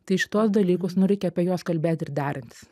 tai šituos dalykus nu reikia apie juos kalbėti ir derintis